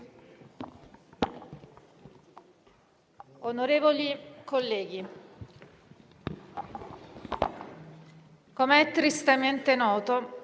Onorevoli colleghi, come è tristemente noto,